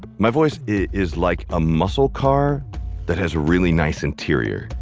my voice is like a muscle car that has really nice interior.